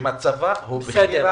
שמצבה הוא בכי רע,